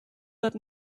that